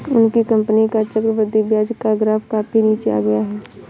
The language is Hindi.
उनकी कंपनी का चक्रवृद्धि ब्याज का ग्राफ काफी नीचे आ गया है